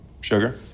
sugar